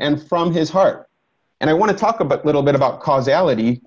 and from his heart and i want to talk about little bit about causality